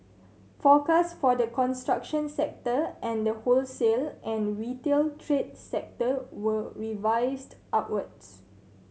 forecasts for the construction sector and the wholesale and retail trade sector were revised upwards